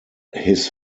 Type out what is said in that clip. his